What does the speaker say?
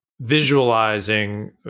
Visualizing